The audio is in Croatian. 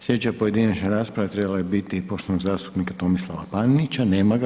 Sljedeća pojedinačna rasprava trebala je biti poštovanog zastupnika Tomislava Panenića, nema ga.